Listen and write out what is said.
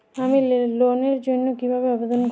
আমি লোনের জন্য কিভাবে আবেদন করব?